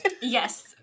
Yes